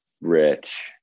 Rich